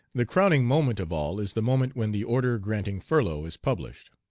the crowning moment of all is the moment when the order granting furloughs is published.